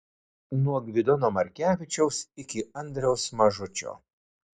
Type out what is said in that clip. nuo gvidono markevičiaus iki andriaus mažučio